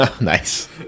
nice